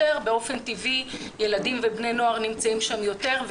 אבל באופן טבעי ילדים ובני נוער נמצאים שם יותר.